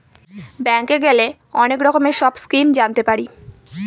ব্যাঙ্কে গেলে অনেক রকমের সব স্কিম জানতে পারি